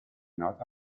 not